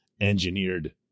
engineered